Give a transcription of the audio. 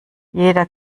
jeder